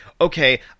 okay